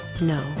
No